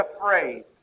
afraid